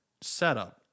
setup